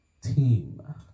team